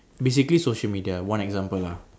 basically social media one example lah